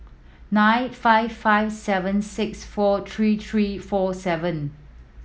nine five five seven six four three three four seven